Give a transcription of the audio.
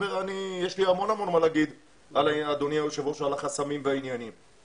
יש לי הרבה מה לומר על החסמים אבל